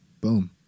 Boom